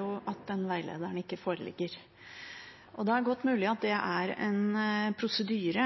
jo at den veilederen ikke foreligger. Det er godt mulig at det er en prosedyre,